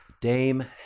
Dame